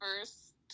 first